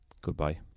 Goodbye